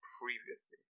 previously